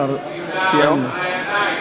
ילדים.